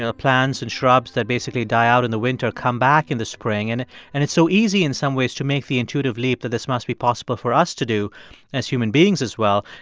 plants and shrubs that basically die out in the winter come back in the spring. and and it's so easy in some ways to make the intuitive leap that this must be possible for us to do as human beings as well.